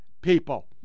people